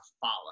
follow